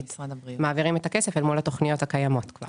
קביעה